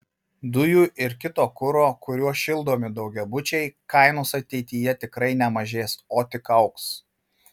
dujų ir kito kuro kuriuo šildomi daugiabučiai kainos ateityje tikrai nemažės o tik augs